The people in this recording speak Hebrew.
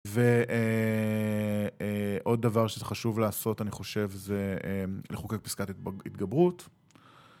ועוד דבר שחשוב לעשות, אני חושב, זה לחוקק פסקת התגברות.